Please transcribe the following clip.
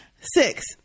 Six